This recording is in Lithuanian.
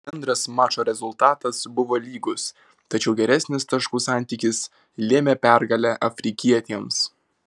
bendras mačo rezultatas buvo lygus tačiau geresnis taškų santykis lėmė pergalę afrikietėms